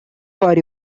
for